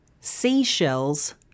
seashells